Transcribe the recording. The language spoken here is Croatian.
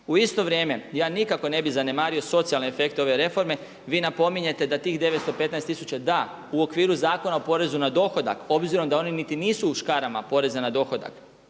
U isto vrijeme ja nikako ne bi zanemario socijalne efekte ove reforme. Vi napominjete da tih 915 tisuća, da u okviru Zakona o porezu na dohodak obzirom da oni niti nisu u škarama poreza na dohodak.